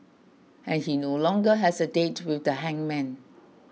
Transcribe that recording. and he no longer has a date with the hangman